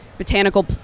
botanical